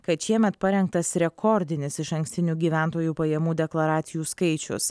kad šiemet parengtas rekordinis išankstinių gyventojų pajamų deklaracijų skaičius